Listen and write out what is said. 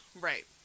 Right